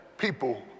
People